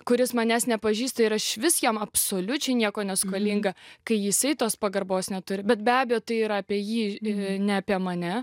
kuris manęs nepažįsta ir aš iš vis jam absoliučiai nieko neskolinga kai jisai tos pagarbos neturi bet be abejo tai yra apie jį ne apie mane